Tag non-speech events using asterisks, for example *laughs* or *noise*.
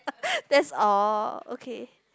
*laughs* that's all okay